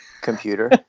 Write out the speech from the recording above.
computer